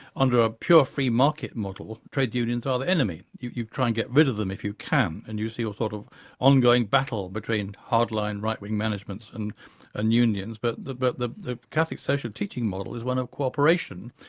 under a pure free market model trade unions are the enemy. you you try and get rid of them if you can and you see a sort of ongoing battle between hardline right wing managements and and unions. but the but the catholic social teaching model is one of cooperation,